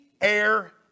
Air